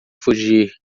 fugir